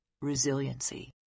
resiliency